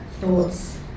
thoughts